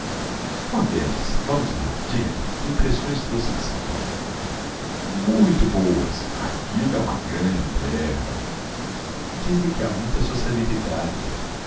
ó guedes vamos lá diga-me que impressões trouxe de são paulo muito boas aquilo é uma grande terra dizem que há lá muita sociabilidade